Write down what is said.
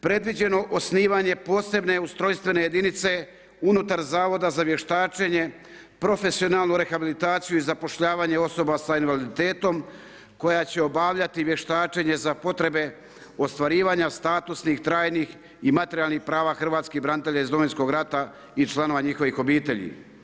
Predviđeno osnivanje posebne ustrojstvene jedinice unutar Zavoda za vještačenje, profesionalnu rehabilitaciju i zapošljavanje osoba sa invaliditetom koja će obavljati vještačenje za potrebe ostvarivanja statusnih trajnih i materijalnih prava hrvatskih branitelja iz Domovinskog rata i članova njihovih obitelji.